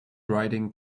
riding